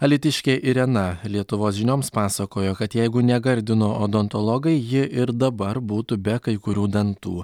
alytiškė irena lietuvos žinioms pasakojo kad jeigu ne gardino odontologai ji ir dabar būtų be kai kurių dantų